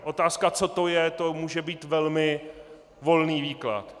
Otázka, co to je, to může být velmi volný výklad.